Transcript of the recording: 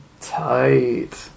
Tight